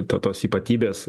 t tos ypatybės